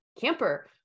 camper